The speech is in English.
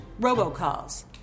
robocalls